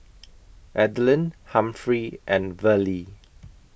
Adelyn Humphrey and Verlie